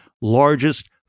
largest